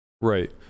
Right